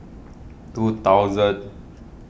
two thousand